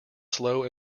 slow